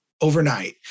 overnight